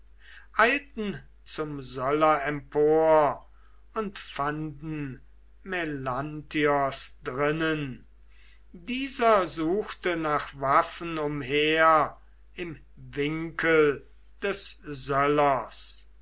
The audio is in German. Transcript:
eilten zum söller empor und fanden melanthios drinnen dieser suchte nach waffen umher im winkel des